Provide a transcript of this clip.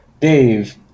dave